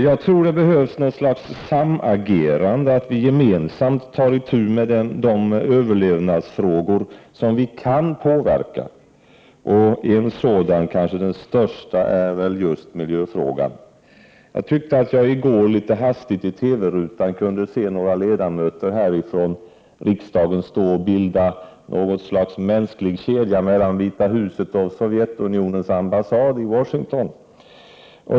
Jag tror det behövs ett slags samagerande, att vi gemensamt tar itu med de överlevnadsfrågor som vi kan påverka, och en sådan, kanske den största, är just miljöfrågan. Jag tyckte att jag i går i TV-rutan litet hastigt kunde se några ledamöter härifrån riksdagen stå och bilda en mänsklig kedja mellan Vita huset och Sovjetunionens ambassad i Washington.